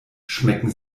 schmecken